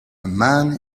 man